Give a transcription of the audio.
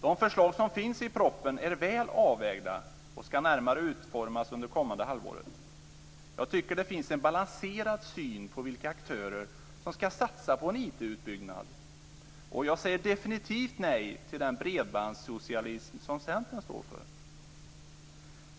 De förslag som finns i propositionen är väl avvägda och ska närmare utformas under det kommande halvåret. Jag tycker att det finns en balanserad syn på vilka aktörer som ska satsa på en IT-utbyggnad, och jag säger definitivt nej till den bredbandssocialism som Centern står för.